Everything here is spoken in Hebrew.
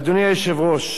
אדוני היושב-ראש,